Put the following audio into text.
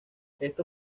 esto